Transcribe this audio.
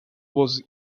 was